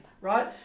right